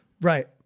Right